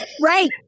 Right